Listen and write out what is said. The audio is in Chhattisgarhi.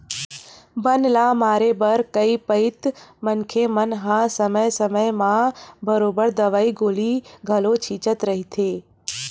बन ल मारे बर कई पइत मनखे मन हा समे समे म बरोबर दवई गोली घलो छिंचत रहिथे